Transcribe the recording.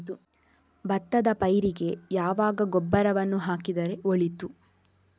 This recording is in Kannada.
ಭತ್ತದ ಪೈರಿಗೆ ಯಾವಾಗ ಗೊಬ್ಬರವನ್ನು ಹಾಕಿದರೆ ಒಳಿತು?